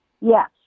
Yes